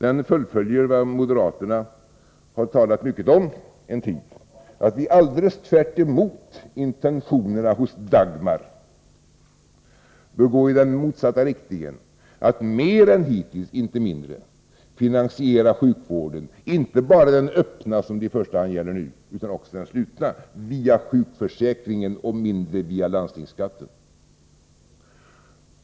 Där fullföljs vad moderaterna har talat mycket om en tid, att vi alldeles tvärtemot intentionerna hos Dagmar vill gå i den motsatta riktningen att mer än hittills, inte mindre, finansiera sjukvården, inte bara den öppna som det i första hand gäller nu utan också den slutna, via sjukförsäkringen och mindre via landstingsskatten.